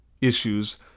issues